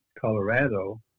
Colorado